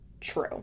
true